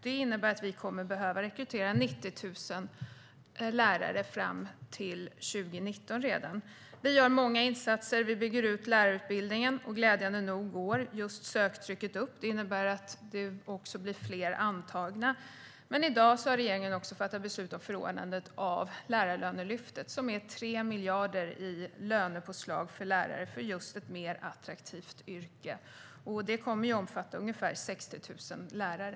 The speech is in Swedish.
Det innebär att vi kommer att behöva rekrytera 90 000 lärare redan fram till 2019. Vi gör många insatser. Vi bygger ut lärarutbildningen. Glädjande nog går söktrycket upp. Det innebär att det också blir fler antagna. I dag har regeringen också fattat beslut om Lärarlönelyftet. Det innebär 3 miljarder i lönepåslag för lärare för just ett mer attraktivt yrke. Det kommer att omfatta ungefär 60 000 lärare.